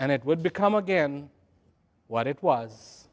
and it would become again what it was